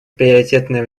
приоритетное